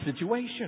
situation